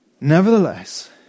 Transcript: Nevertheless